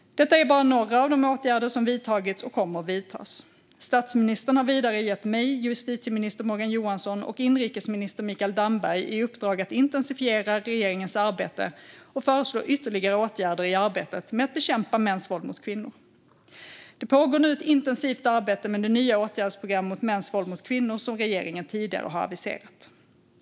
Detta är bara några av de åtgärder som har vidtagits och kommer att vidtas. Statsministern har vidare gett mig, justitieminister Morgan Johansson och inrikesminister Mikael Damberg i uppdrag att intensifiera regeringens arbete och föreslå ytterligare åtgärder i arbetet med att bekämpa mäns våld mot kvinnor. Det pågår nu ett intensivt arbete med det nya åtgärdsprogram mot mäns våld mot kvinnor som regeringen tidigare har aviserat.